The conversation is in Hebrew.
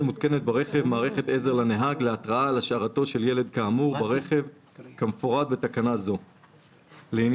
"מערכת עזר לנהג להתרעה על השארת ילדים ברכב 83ד. (א)